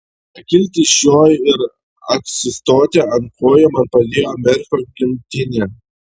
pakilti iš jo ir atsistoti ant kojų man padėjo merfio gimtinė